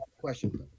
question